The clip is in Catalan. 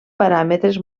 paràmetres